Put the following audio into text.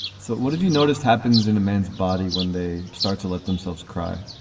so what have you noticed happens in a man's body when they start to let themselves cry?